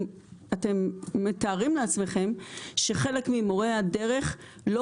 אתם מתארים לעצמכם שחלק ממורי הדרך לא